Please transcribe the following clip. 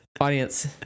Audience